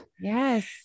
yes